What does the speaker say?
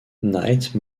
knight